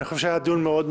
אני חושב שהיה דיון טוב,